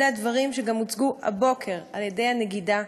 אלה הדברים שגם הוצגו הבוקר על-ידי הנגידה.